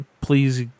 please